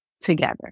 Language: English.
together